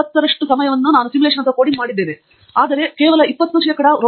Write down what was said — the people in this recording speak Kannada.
80 ನಷ್ಟು ಸಮಯ ನಾನು ಸಿಮ್ಯುಲೇಶನ್ ಅನ್ನು ಕೋಡಿಂಗ್ ಮಾಡಿದ್ದೇನೆ ಅಥವಾ ಏನಾದರೂ ಮಾಡುತ್ತಿದ್ದೇನೆ